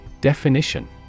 Definition